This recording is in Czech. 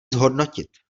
zhodnotit